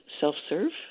self-serve